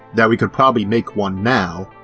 that we could probably make one now,